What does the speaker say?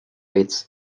its